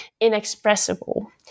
inexpressible